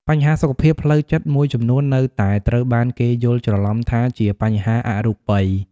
បញ្ហាសុខភាពផ្លូវចិត្តមួយចំនួននៅតែត្រូវបានគេយល់ច្រឡំថាជាបញ្ហាអរូបី។